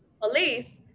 police